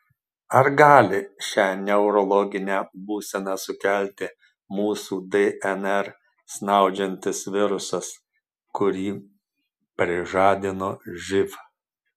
ar gali šią neurologinę būseną sukelti mūsų dnr snaudžiantis virusas kurį prižadino živ